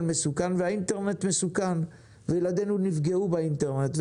מסוכן והאינטרנט מסוכן וילדינו נפגעו באינטרנט.